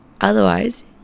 otherwise